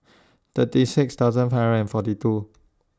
thirty six thousand five hundred and forty two